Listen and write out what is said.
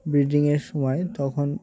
ব্রিডিংয়ের সময় তখন